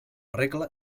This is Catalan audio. regle